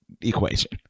equation